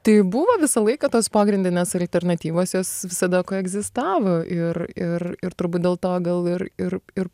tai buvo visą laiką tos pagrindinės alternatyvos jos visada koegzistavo ir ir ir turbūt dėl to gal ir ir ir